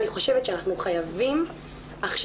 אני חושבת שאנחנו חייבים עכשיו,